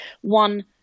one